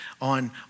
on